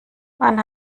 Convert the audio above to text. wann